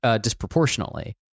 disproportionately